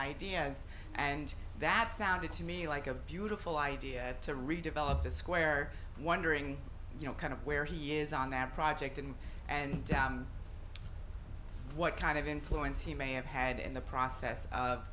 ideas and that sounded to me like a beautiful idea to redevelop the square wondering you know kind of where he is on that project and what kind of influence he may have had in the process